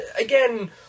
Again